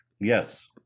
Yes